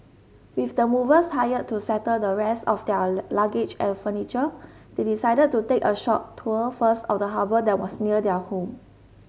with the movers hired to settle the rest of their luggage and furniture they decided to take a short tour first of the harbour that was near their new home